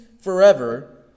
forever